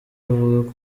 bavuga